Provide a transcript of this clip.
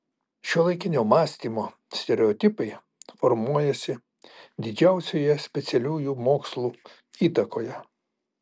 šiuolaikinio mąstymo stereotipai formuojasi didžiausioje specialiųjų mokslų įtakoje